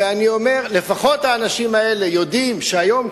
ואני אומר: לפחות האנשים האלה יודעים שהיום,